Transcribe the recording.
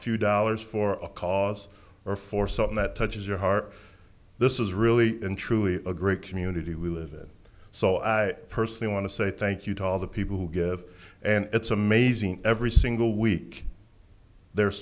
few dollars for a cause or for something that touches your heart this is really and truly a great community we live in so i personally want to say thank you to all the people who give and it's amazing every single week there's